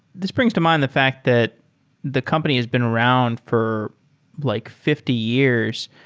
this brings to mind the fact that the company has been around for like fifty years.